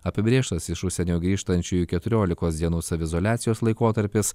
apibrėžtas iš užsienio grįžtančiųjų keturiolikos dienų saviizoliacijos laikotarpis